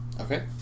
Okay